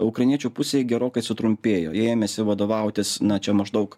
ukrainiečių pusėje gerokai sutrumpėjo jie ėmėsi vadovautis na čia maždaug